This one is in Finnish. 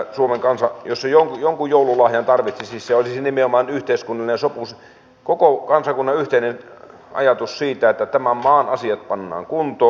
jos suomen kansa jonkun joululahjan tarvitsisi se olisi nimenomaan yhteiskunnallinen sopu koko kansakunnan yhteinen ajatus siitä että tämän maan asiat pannaan kuntoon